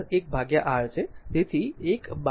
તેથી 1 બાય 5 તેથી 0